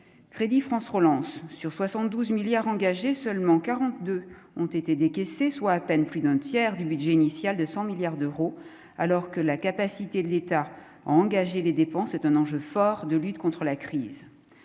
crédit France relance sur 72 milliards engagés seulement 42 ont été décaissés, soit à peine plus d'un tiers du budget initial de 100 milliards d'euros, alors que la capacité de l'État, engager les dépenses est un enjeu fort de lutte contre la crise,